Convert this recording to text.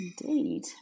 Indeed